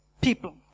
people